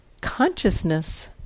consciousness